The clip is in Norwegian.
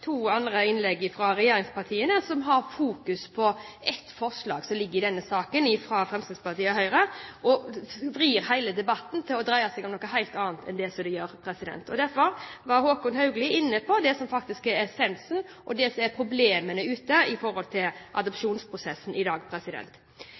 to andre innlegg fra regjeringspartiene, som har hatt fokus på ett av forslagene som foreligger i denne saken, fra Fremskrittspartiet og Høyre, og vrir hele debatten til å dreie seg om noe helt annet enn det den gjør. Men Håkon Haugli var inne på det som faktisk er essensen og det som er problemene ute i forhold til